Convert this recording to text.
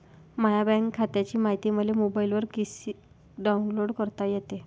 माह्या बँक खात्याची मायती मले मोबाईलवर कसी डाऊनलोड करता येते?